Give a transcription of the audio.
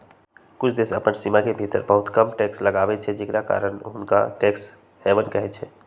कुछ देश अप्पन सीमान के भीतर बहुते कम कर लगाबै छइ जेकरा कारण हुंनका टैक्स हैवन कहइ छै